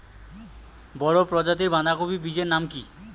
বড় প্রজাতীর বাঁধাকপির বীজের নাম কি?